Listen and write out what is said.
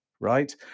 right